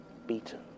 beaten